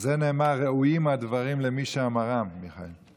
על זה נאמר: ראויים הדברים למי שאמרם, מיכאל.